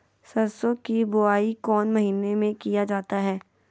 सरसो की बोआई कौन महीने में किया जाता है?